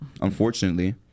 unfortunately